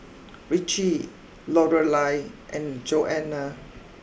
Ritchie Lorelei and Joana